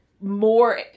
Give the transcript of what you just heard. more